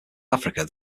africa